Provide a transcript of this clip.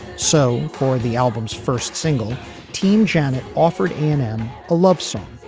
so for the album's first single team janet offered annan. a love song.